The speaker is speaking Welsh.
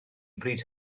bryd